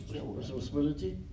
Responsibility